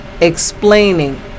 explaining